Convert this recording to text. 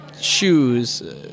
shoes